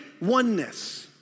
oneness